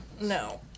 No